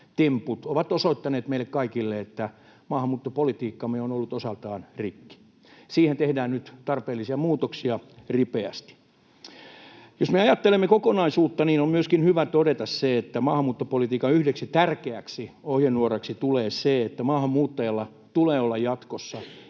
ovat osoittaneet meille kaikille, että maahanmuuttopolitiikkamme on ollut osaltaan rikki. Siihen tehdään nyt tarpeellisia muutoksia ripeästi. Jos me ajattelemme kokonaisuutta, niin on myöskin hyvä todeta se, että maahanmuuttopolitiikan yhdeksi tärkeäksi ohjenuoraksi tulee se, että maahanmuuttajilla tulee myös olla jatkossa